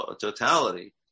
totality